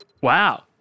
Wow